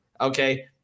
Okay